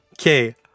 Okay